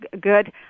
good